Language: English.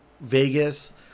vegas